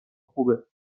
خوبه